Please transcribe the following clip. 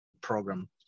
program